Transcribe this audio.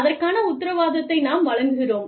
அதற்கான உத்தரவாதத்தை நாம் வழங்குகிறோம்